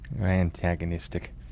Antagonistic